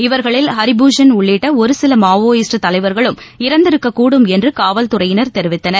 இவர்களில் ஹரிபூஷன் உள்ளிட்ட ஒரு சில மாவோயிஸ்ட் தலைவர்களும் இறந்திருக்கக்கூடும் என்று காவல்துறையினர் தெரிவித்தனர்